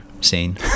scene